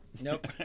Nope